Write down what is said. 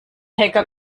hacker